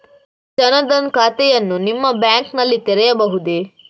ಜನ ದನ್ ಖಾತೆಯನ್ನು ನಿಮ್ಮ ಬ್ಯಾಂಕ್ ನಲ್ಲಿ ತೆರೆಯಬಹುದೇ?